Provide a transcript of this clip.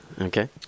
Okay